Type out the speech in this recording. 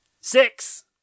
Six